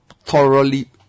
thoroughly